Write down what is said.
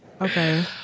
okay